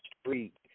street